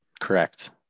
Correct